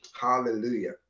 Hallelujah